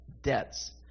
Debts